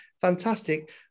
Fantastic